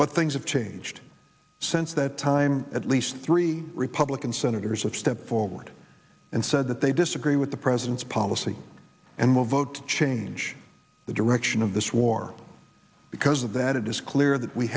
but things have changed since that time at least three republican senators have stepped forward and said that they disagree with the president's policy and will vote to change the direction of this war because of that it is clear that we